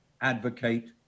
advocate